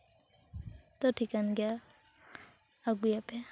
ᱛᱚ ᱴᱷᱤᱠᱟᱹᱱ ᱜᱮᱭᱟ ᱟᱹᱜᱩᱭᱟᱯᱮ